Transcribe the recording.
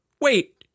wait